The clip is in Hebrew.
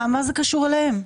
מה זה קשור אליהם?